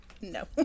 no